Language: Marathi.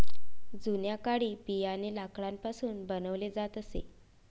जुन्या काळी बियाणे लाकडापासून बनवले जात असे